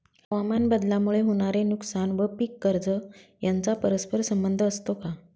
हवामानबदलामुळे होणारे नुकसान व पीक कर्ज यांचा परस्पर संबंध असतो का?